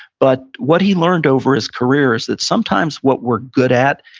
but what he learned over his career is that sometimes what we're good at,